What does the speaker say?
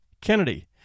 Kennedy